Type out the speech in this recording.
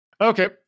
Okay